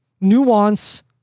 Nuance